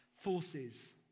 forces